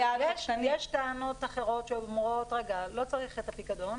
------ יש טענות אחרות שאומרות לא צריך את הפיקדון,